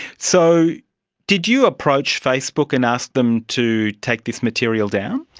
so did you approach facebook and ask them to take this material down?